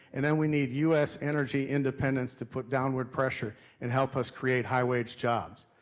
and then we need u s. energy independence to put downward pressure and help us create high-wage jobs.